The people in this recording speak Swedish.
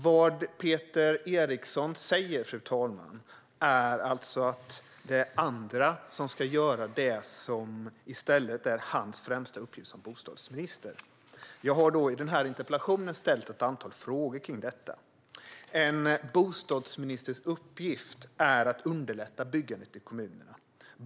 Vad Peter Eriksson säger, fru talman, är alltså att det är andra som ska göra det som i stället är hans främsta uppgift som bostadsminister. Jag har i interpellationen ställt ett antal frågor kring detta. En bostadsministers uppgift är att underlätta byggandet i kommunerna.